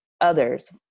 others